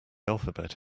alphabet